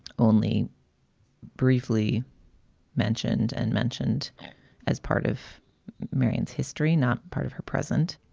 only briefly mentioned and mentioned as part of maryanne's history, not part of her present.